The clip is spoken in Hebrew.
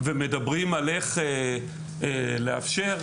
ועל איך לאפשר.